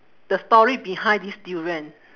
the story behind this durian